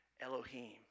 Elohim